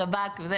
שב"כ וכו',